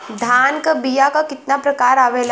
धान क बीया क कितना प्रकार आवेला?